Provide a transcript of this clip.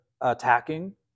attacking